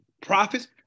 prophets